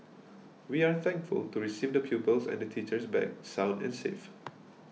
we are thankful to receive the pupils and the teachers back sound and safe